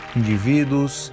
indivíduos